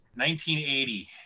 1980